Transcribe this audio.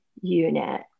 unit